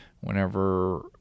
whenever